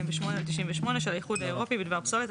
EC/2008/98 של האיחוד האירופי בדבר פסולת,